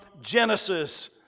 Genesis